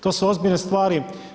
To su ozbiljne stvari.